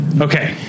okay